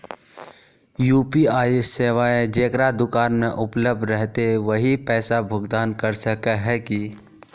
UPI सेवाएं जेकरा दुकान में उपलब्ध रहते वही पैसा भुगतान कर सके है की?